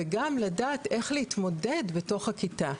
וגם לדעת איך להתמודד בתוך הכיתה.